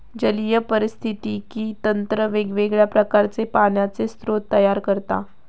जलीय पारिस्थितिकी तंत्र वेगवेगळ्या प्रकारचे पाण्याचे स्रोत तयार करता